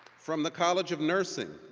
from the college of nursing,